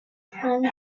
friend